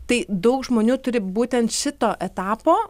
tai daug žmonių turi būtent šito etapo